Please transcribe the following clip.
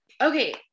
Okay